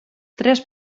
tres